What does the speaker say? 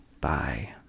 Bye